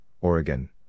Oregon